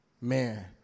Man